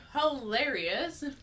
Hilarious